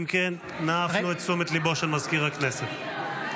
אם כן, נא הפנו את תשומת ליבו של מזכיר הכנסת לכך.